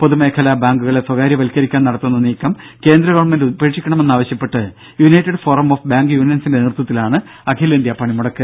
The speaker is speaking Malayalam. പൊതുമേഖലാ ബാങ്കുകളെ സ്വകാര്യവൽക്കരിക്കാൻ നടത്തുന്ന നീക്കം കേന്ദ്ര ഗവൺമെന്റ് ഉപേക്ഷിക്കണമെന്ന് ആവശ്യപ്പെട്ട് യുണൈറ്റഡ് ഫോറം ഓഫ് ബാങ്ക് യൂണിയൻസിന്റെ നേതൃത്വത്തിലാണ് അഖിലേന്ത്യാ പണിമുടക്ക്